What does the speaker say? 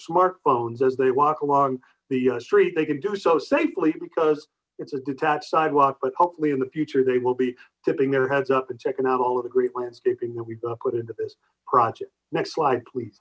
smartphones as they walk along the street they can do so safely because it's a detached sidewalk but hopefully in the future they will be tipping their heads up and checking out all of the great landscaping that we've put into this project next slide please